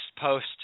post